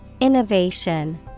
innovation